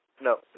no